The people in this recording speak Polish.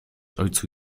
ojcu